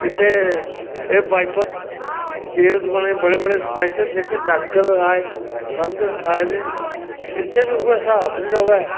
इत्थै एह् बजीपुर एम्स बने बड़े बड़े स्पैशल जेह्के डाक्टर आए दे सब कुछ आए दे इत्थै बी उ'ऐ हिसाब निं र'वै